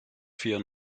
fío